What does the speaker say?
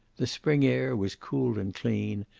the spring air was cool and clean,